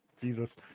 Jesus